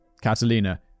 catalina